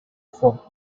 from